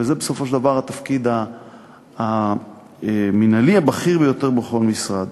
וזה בסופו של דבר התפקיד המינהלי הבכיר ביותר בכל משרד.